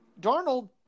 Darnold